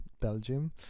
Belgium